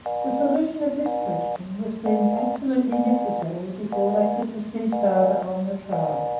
the solution of this question was deemed absolutely necessary before they could proceed farther on the trial.